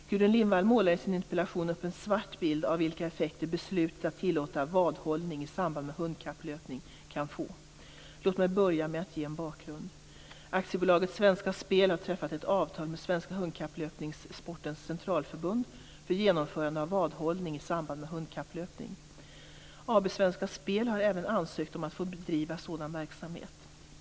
Gudrun Lindvall målar i sin interpellation upp en svart bild av vilka effekter beslutet att tillåta vadhållning i samband med hundkapplöpning kan få. Låt mig börja med att ge en bakgrund. AB Svenska Spel har träffat ett avtal med Svenska för genomförande av vadhållning i samband med hundkapplöpning. AB Svenska Spel har även ansökt om att få bedriva sådan verksamhet.